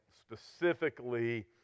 specifically